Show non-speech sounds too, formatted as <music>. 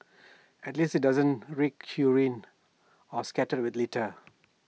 at least IT doesn't reek <unintelligible> or scattered with litter